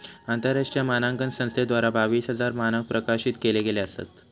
आंतरराष्ट्रीय मानांकन संस्थेद्वारा बावीस हजार मानंक प्रकाशित केले गेले असत